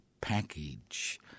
package